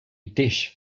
dish